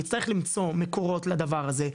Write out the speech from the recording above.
נצטרך למצוא מקורות לדבר הזה,